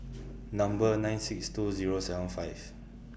Number nine six two Zero seven five